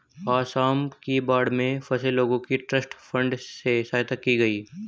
आसाम की बाढ़ में फंसे लोगों की ट्रस्ट फंड से सहायता की गई